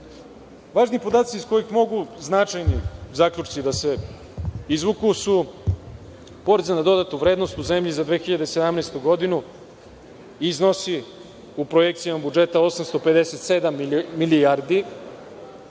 podaci iz kojih mogu značajni podaci da se izvuku su porezi na dodatu vrednost u zemlji za 2017. godinu i iznosi projekcijom budžeta 857 miliona